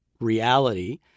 reality